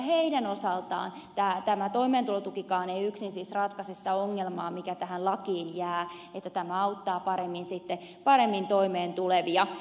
heidän osaltaan tämä toimeentulotukikaan ei yksin siis ratkaise sitä ongelmaa mikä tähän lakiin jää että tämä auttaa paremmin sitten paremmin toimeentulevia